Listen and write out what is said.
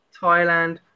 Thailand